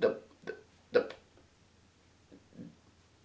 the the